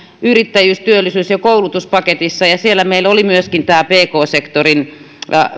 yrittäjyys työllisyys ja koulutuspaketissa ja ja siellä meillä oli myöskin nämä pk sektorin